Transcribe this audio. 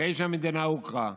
אחרי שהמדינה הוכרה,